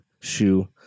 shoe